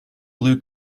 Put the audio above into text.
blue